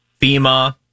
FEMA